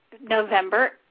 November